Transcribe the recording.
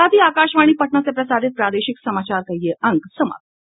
इसके साथ ही आकाशवाणी पटना से प्रसारित प्रादेशिक समाचार का ये अंक समाप्त हुआ